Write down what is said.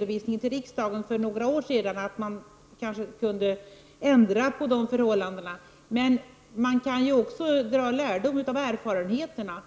vi för några år sedan var överens om att man kanske kunde ändra förhållandena för redovisning till riksdagen. Man kan emellertid också dra lärdom av erfarenheterna.